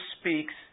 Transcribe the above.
speaks